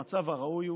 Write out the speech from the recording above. המצב הראוי הוא